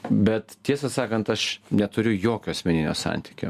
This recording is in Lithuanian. bet tiesą sakant aš neturiu jokio asmeninio santykio